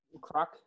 croc